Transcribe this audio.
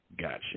Gotcha